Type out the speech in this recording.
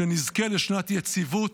ושנזכה לשנת יציבות,